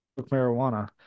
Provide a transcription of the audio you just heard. marijuana